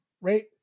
right